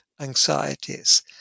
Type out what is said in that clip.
anxieties